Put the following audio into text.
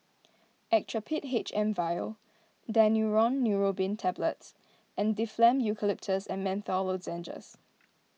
Actrapid H M vial Daneuron Neurobion Tablets and Difflam Eucalyptus and Menthol Lozenges